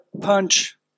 punch